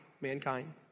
Mankind